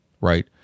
Right